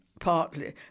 partly